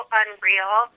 unreal